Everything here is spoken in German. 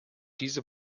diese